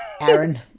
Aaron